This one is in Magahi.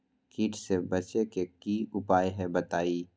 कीट से बचे के की उपाय हैं बताई?